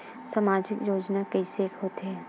सामाजिक योजना के कइसे होथे?